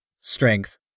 strength